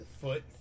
Foot